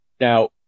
Now